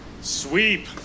Sweep